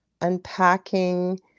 unpacking